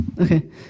Okay